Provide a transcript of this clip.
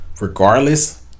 regardless